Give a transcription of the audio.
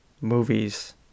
movies